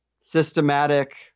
systematic